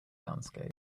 landscape